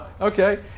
Okay